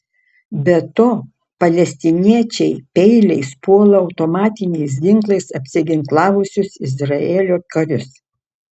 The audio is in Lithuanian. be to palestiniečiai peiliais puola automatiniais ginklais apsiginklavusius izraelio karius